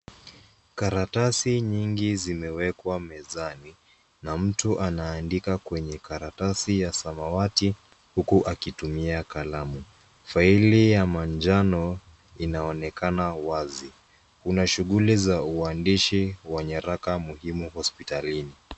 Karatasi nyingi zimewekwa mezani na mtu anaandika kwenye karatasi ya samawati huku akitumia kalamu. Faili ya manjano inaonekana wazi. Kuna shughuli za uandishi wa nyaraka muhimu hospitalini.